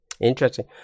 Interesting